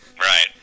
Right